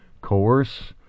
coerce